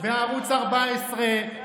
בערוץ 14,